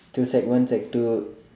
till sec one sec two